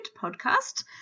podcast